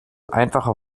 einfach